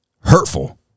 hurtful